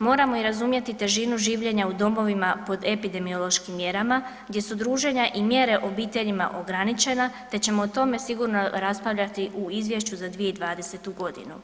Moramo i razumjeti i težinu življenja u domovima pod epidemiološkim mjerama gdje su druženja i mjere obiteljima ograničena te ćemo o tome sigurno raspravljati u izvješću za 2020. godinu.